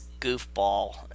goofball